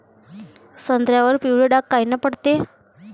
संत्र्यावर पिवळे डाग कायनं पडते?